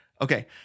Okay